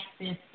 Access